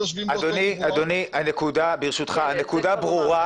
--- אדוני, הנקודה ברשותך ברורה.